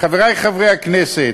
חברי חברי הכנסת,